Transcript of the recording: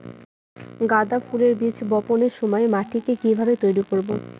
গাদা ফুলের বীজ বপনের সময় মাটিকে কিভাবে তৈরি করব?